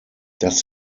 das